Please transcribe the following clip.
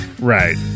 right